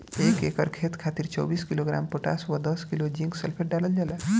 एक एकड़ खेत खातिर चौबीस किलोग्राम पोटाश व दस किलोग्राम जिंक सल्फेट डालल जाला?